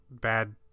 bad